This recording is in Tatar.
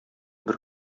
бер